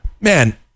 man